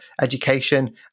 education